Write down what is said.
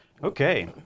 Okay